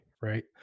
right